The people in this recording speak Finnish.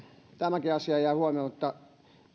tämäkin asia jää huomioimatta